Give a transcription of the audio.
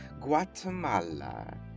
Guatemala